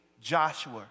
Joshua